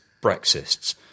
Brexists